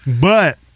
But-